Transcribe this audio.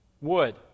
Wood